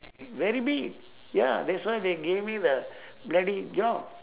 very big ya that's why they gave me the bloody job